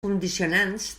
condicionants